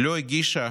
לא הגישה